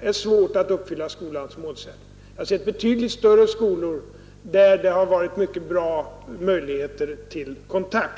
är svårt att uppfylla skolans målsättning. Jag har sett betydligt större skolor, där möjligheterna till kontakt varit mycket goda.